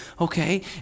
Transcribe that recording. okay